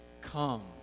come